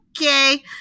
okay